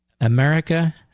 America